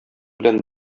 белән